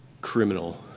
criminal